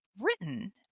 written